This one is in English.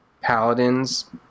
Paladins